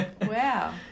Wow